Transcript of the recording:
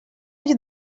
you